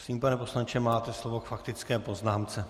Prosím, pane poslanče, máte slovo k faktické poznámce.